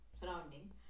surrounding